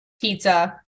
pizza